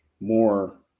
more